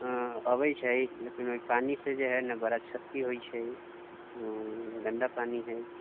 अबै छै लेकिन ओहि पानि से जे हय बड़ा छति होइत छै ओ गन्दा पानि हय